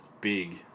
big